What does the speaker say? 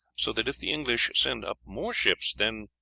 so that if the english send up more ships, then,